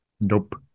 Nope